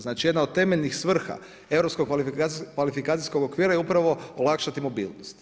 Znači jedna od temeljnih svrha Europskog kvalifikacijskog okvira je upravo olakšati mobilnost.